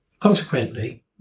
consequently